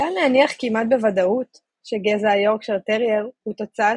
ניתן להניח כמעט בוודאות שגזע היורקשייר טרייר הוא תוצאה